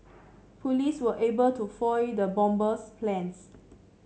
police were able to foil the bomber's plans